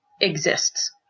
exists